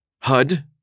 HUD